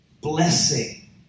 Blessing